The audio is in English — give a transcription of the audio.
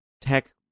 tech